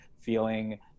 feeling